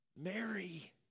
Mary